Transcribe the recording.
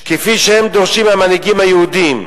כפי שהם דורשים מהמנהיגים היהודים,